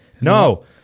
No